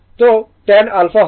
সুতরাং tan alpha হবে